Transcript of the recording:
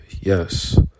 Yes